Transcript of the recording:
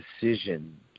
decision